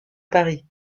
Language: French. paris